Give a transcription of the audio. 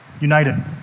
united